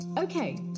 Okay